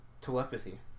telepathy